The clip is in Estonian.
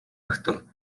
õhtul